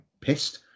pissed